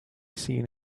seen